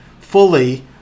fully